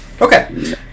okay